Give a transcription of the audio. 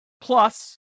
Plus